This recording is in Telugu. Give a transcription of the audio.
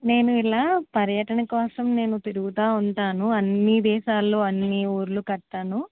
నేను ఇలా పర్యటన కోసం నేను తిరుగుతూ ఉంటాను అన్నీ దేశాలు అన్నీ ఊర్లు గట్టాను